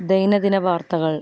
ദൈനദിന വാർത്തകൾ